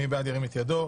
מי בעד ירים את ידו.